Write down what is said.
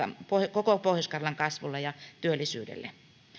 koko pohjois karjalan kasvulle ja työllisyydelle